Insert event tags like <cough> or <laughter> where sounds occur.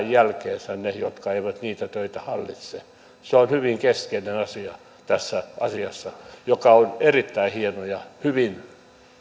<unintelligible> jälkeensä ne jotka eivät niitä töitä hallitse se on hyvin keskeinen asia tässä asiassa joka on erittäin hienosti ja hyvin